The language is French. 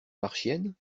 marchiennes